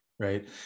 Right